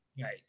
Right